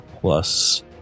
plus